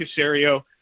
Casario